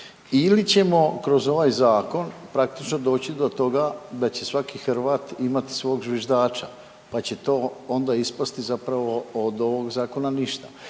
ili ćemo kroz ovaj zakon praktično doći do toga da će svaki Hrvat imati svog zviždača pa će to onda ispasti zapravo od ovog zakona ništa.